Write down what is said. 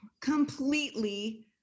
completely